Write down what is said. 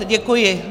Děkuji.